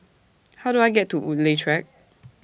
How Do I get to Woodleigh Track